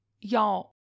y'all